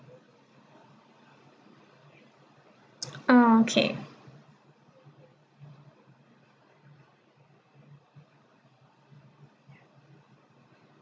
ah okay